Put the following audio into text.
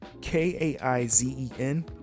k-a-i-z-e-n